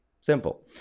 simple